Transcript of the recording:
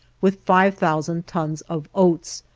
with five thousand tons of oats,